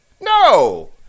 No